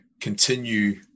continue